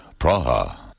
Praha